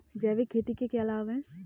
जैविक खेती के क्या लाभ हैं?